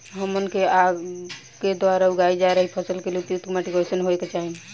हमन के आपके द्वारा उगाई जा रही फसल के लिए उपयुक्त माटी कईसन होय के चाहीं?